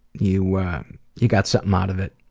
you you got something out of it.